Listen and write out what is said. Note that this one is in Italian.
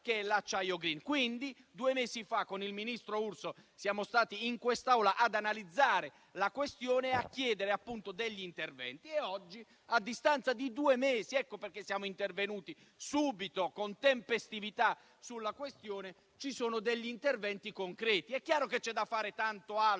cioè l'acciaio *green*. Due mesi fa, con il ministro Urso, siamo stati in quest'Aula ad analizzare la questione a chiedere appunto degli interventi. Oggi, a distanza di due mesi, siamo intervenuti subito e con tempestività sulla questione, con interventi concreti. È chiaro che c'è da fare tanto altro,